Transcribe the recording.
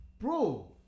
Bro